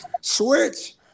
Switch